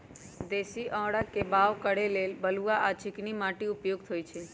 देशी औरा के बाओ करे लेल बलुआ आ चिकनी माटि उपयुक्त होइ छइ